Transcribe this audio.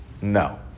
No